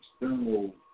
external